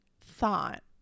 thought